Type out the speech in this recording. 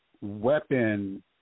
weapon